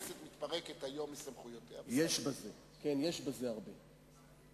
המשא-ומתן המחודש עם השותפות הקואליציוניות הרבות,